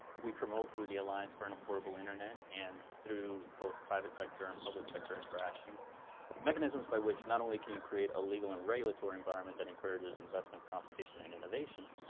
we promoted through the alliance for an affordable internet and through both private sector and public sector interactions mechanisms by which not only can you create a legal and regulatory environment that encourages investment, competition and innovation,